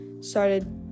started